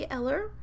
Eller